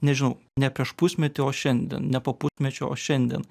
nežinau ne prieš pusmetį o šiandien ne po pusmečio o šiandien